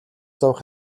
зовох